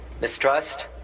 mistrust